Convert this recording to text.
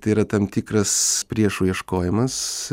tai yra tam tikras priešų ieškojimas